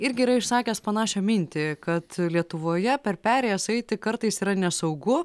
irgi yra išsakęs panašią mintį kad lietuvoje per perėjas eiti kartais yra nesaugu